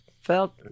felt